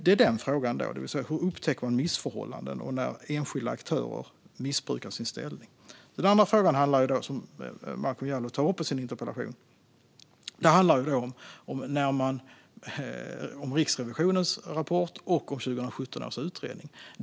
Det var frågan om hur man upptäcker missförhållanden och vad man gör när enskilda aktörer missbrukar sin ställning. Momodou Malcolm Jallows andra fråga handlar om Riksrevisionens rapport och 2017 års utredning.